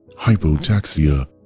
hypotaxia